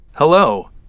Hello